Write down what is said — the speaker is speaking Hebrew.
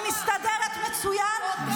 אני מסתדרת מצוין,